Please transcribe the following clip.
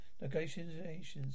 Negotiations